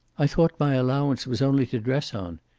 i thought my allowance was only to dress on.